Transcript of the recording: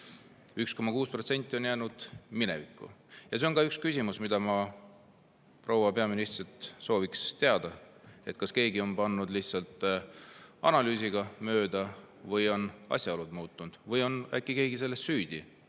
1,6% on jäänud minevikku. See on ka üks küsimus, mille [vastust] ma proua peaministrilt teada sooviks: kas keegi on pannud lihtsalt analüüsiga mööda või on asjaolud muutunud või on äkki keegi selles süüdi,